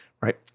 right